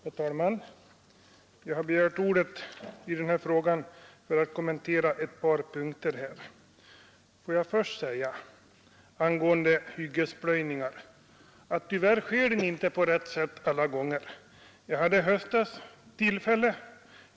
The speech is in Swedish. Herr talman! Jag har begärt ordet i denna fråga för att kommentera ett par punkter. Beträffande hyggesplöjningar vill jag först säga att dessa tyvärr inte sker på rätt sätt alla gånger.